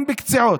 בקציעות.